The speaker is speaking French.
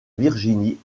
virginie